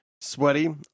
sweaty